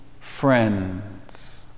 friends